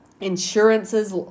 Insurances